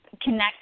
connect